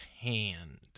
hand